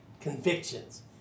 convictions